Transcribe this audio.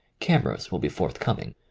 cameras will be forthcoming.